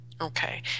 Okay